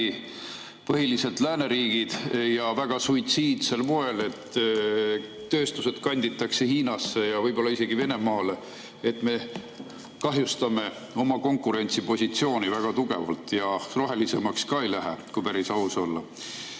põhiliselt lääneriigid ja väga suitsiidsel moel. Tööstused kanditakse Hiinasse ja võib-olla isegi Venemaale. Me kahjustame oma konkurentsipositsiooni väga tugevalt ja rohelisemaks ka ei lähe, kui päris aus olla. Aga